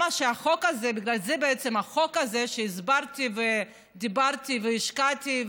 בגלל זה בעצם החוק הזה, שהסברתי ודיברתי והשקעתי.